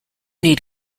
need